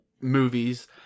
movies